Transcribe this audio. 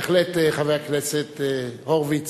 בהחלט, חבר הכנסת הורוביץ.